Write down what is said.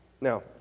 Now